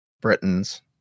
Britons